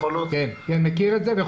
כן, אני מכיר את זה.